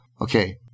okay